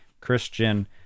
Christian